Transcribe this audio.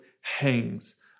hangs